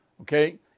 Okay